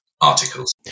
articles